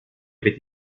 avait